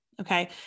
Okay